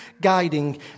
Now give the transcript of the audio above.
Guiding